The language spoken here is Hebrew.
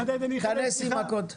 כל יום חברות שולחות ומבקשות אישור.